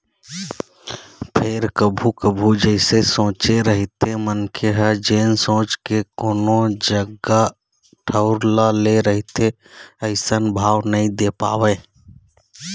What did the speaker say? फेर कभू कभू जइसे सोचे रहिथे मनखे ह जेन सोच के कोनो जगा ठउर ल ले रहिथे अइसन भाव नइ दे पावय